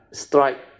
strike